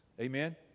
Amen